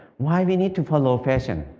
why do we need to follow fashion?